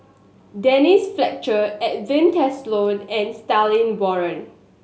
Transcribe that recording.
Denise Fletcher Edwin Tessensohn and Stanley Warren